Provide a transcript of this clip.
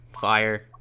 Fire